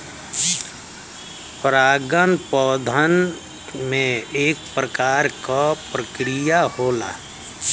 परागन पौधन में एक प्रकार क प्रक्रिया होला